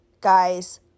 Guys